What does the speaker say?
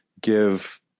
give